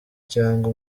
cyangwa